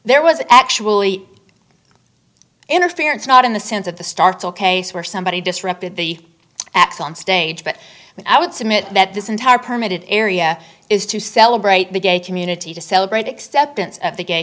there was actually interference not in the sense of the startle case where somebody disrupted the acts on stage but i would submit that this entire permitted area is to celebrate the gay community to celebrate acceptance of the gay